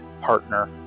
partner